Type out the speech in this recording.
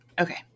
Okay